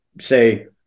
say